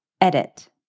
Edit